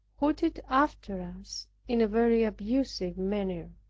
hooted after us in a very abusive manner.